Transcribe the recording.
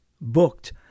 booked